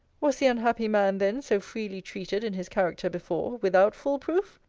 was the unhappy man, then, so freely treated in his character before, without full proof?